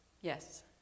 Yes